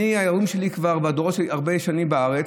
ההורים שלי, והדורות שלי כבר הרבה שנים בארץ,